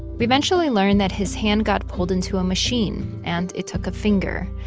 we eventually learned that his hand got pulled into a machine and it took a finger.